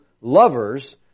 lovers